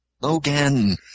Logan